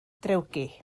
drewgi